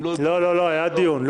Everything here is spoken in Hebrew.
לא, לא, לא, היה דיון.